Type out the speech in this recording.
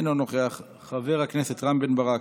אינה נוכחת, חברת הכנסת תמר זנדברג,